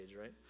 right